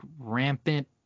rampant